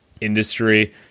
industry